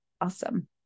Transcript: awesome